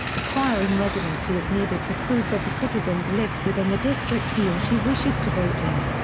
acquiring residency is needed to prove that the citizen lives within the district he or she wishes to vote in.